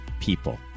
people